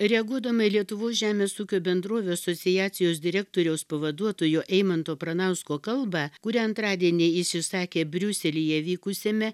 reaguodama į lietuvos žemės ūkio bendrovių asociacijos direktoriaus pavaduotojo eimanto pranausko kalbą kurią antradienį jis išsakė briuselyje vykusiame